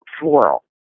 floral